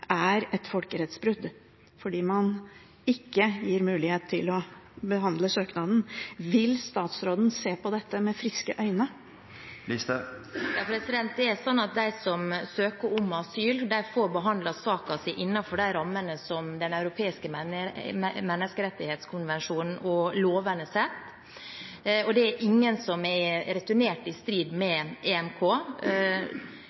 er et folkerettsbrudd fordi man ikke gir asylsøkere mulighet til å få behandlet søknaden sin. Vil statsråden se på dette med friske øyne? De som søker om asyl, får behandlet saken sin innenfor de rammene som Den europeiske menneskerettighetskonvensjon og lovene setter. Det er ingen som er returnert i strid med EMK.